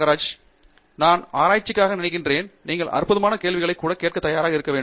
டங்கிராலா நான் ஆராய்ச்சிக்காக நினைக்கிறேன் நீங்கள் அற்பமான கேள்விகளை கூட கேட்க தயாராக இருக்க வேண்டும்